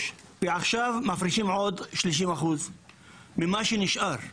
ועכשיו מפרישים עוד 30% ממה שנשאר.